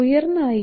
ഉയർന്ന ഐ